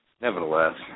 Nevertheless